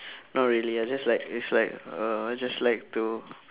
not really I just like it's like uh just like to